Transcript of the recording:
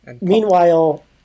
Meanwhile